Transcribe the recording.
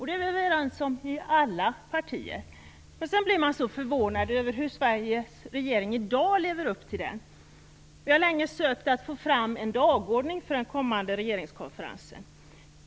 Det är vi överens om i alla partier. Sedan blir man så förvånad över hur Sveriges regering i dag lever upp till det. Vi har länge sökt att få fram en dagordning för den kommande regeringskonferensen.